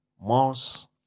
malls